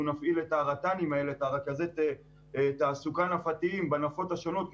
נפעיל את רכזי תעסוקה הנפתיים בנפות השונות,